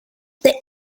the